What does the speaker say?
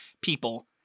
people